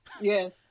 Yes